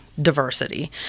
diversity